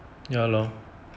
ya lor